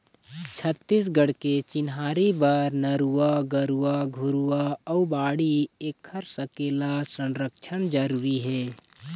छत्तीसगढ़ के चिन्हारी बर नरूवा, गरूवा, घुरूवा अउ बाड़ी ऐखर सकेला, संरक्छन जरुरी हे